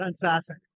Fantastic